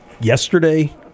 yesterday